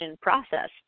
process